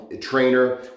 trainer